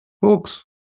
folks